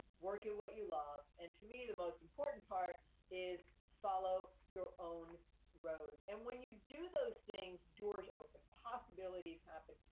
work at what you love, and to me, the most important part is, follow your own road. and when you do those things, doors open. possibilities happen.